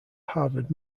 harvard